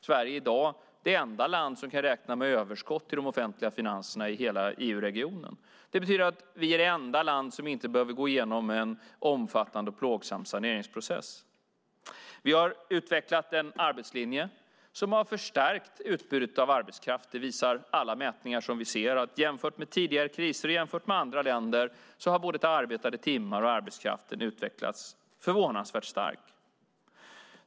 Sverige är i dag det enda land som kan räkna med överskott i de offentliga finanserna i hela EU-regionen. Det betyder att vi är det enda land som inte behöver gå igenom en omfattande och plågsam saneringsprocess. Vi har utvecklat en arbetslinje som har förstärkt utbudet av arbetskraft. Alla mätningar som vi ser visar att jämfört med tidigare kriser och jämfört med andra länder har både arbetade timmar och arbetskraften utvecklats förvånansvärt starkt.